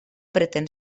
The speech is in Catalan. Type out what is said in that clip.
pretén